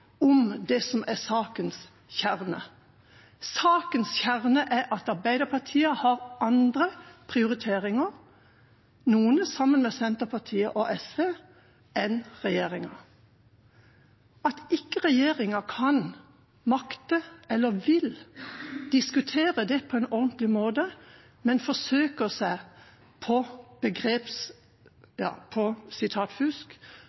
om det som er sakens kjerne. Sakens kjerne er at Arbeiderpartiet har andre prioriteringer – noen sammen med Senterpartiet og SV – enn regjeringspartiene. At ikke regjeringspartiene makter eller vil diskutere det på en ordentlig måte, men forsøker seg på